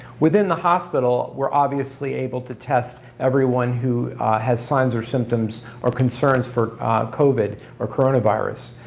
within the hospital we're obviously able to test everyone who has signs or symptoms or concerns for covid or coronavirus.